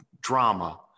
drama